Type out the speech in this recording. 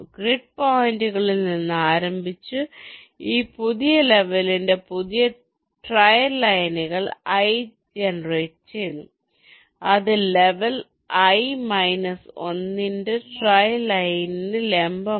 grid പോയിന്റുകളിൽ നിന്ന് ആരംഭിച്ച് ഈ പുതിയ ലെവലിന്റെ പുതിയ ട്രയൽ ലൈനുകൾ i ജനറേറ്റുചെയ്യുന്നു അത് ലെവൽ i മൈനസ് 1 ന്റെ ട്രയൽ ലൈനിന് ലംബമായി